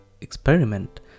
experiment